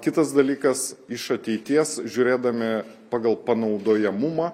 kitas dalykas iš ateities žiūrėdami pagal panaudojamumą